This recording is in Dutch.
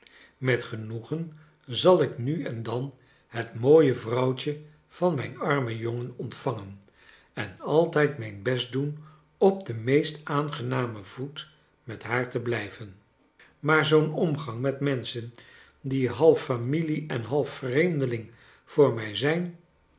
met genoegen zal ik nu en dan het mooie vrouwtje van mijn arm en jongen ontvangen en altijd mijn best doen op den meest aangenamen voet met haar te blijven maar zoo'n omgang met menschen die half familie en half vreemdeling voor mij zijn